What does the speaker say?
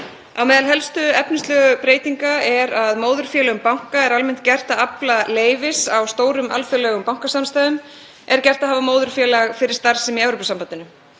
Á meðal helstu efnislegu breytinga er að móðurfélögum banka er almennt gert að afla leyfis og stórum alþjóðlegum bankasamstæðum er gert að hafa móðurfélag fyrir starfsemi í Evrópusambandinu.